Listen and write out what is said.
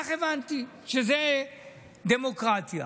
כך הבנתי שזאת דמוקרטיה.